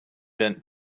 bent